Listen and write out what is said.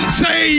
say